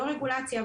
לא רגולציה,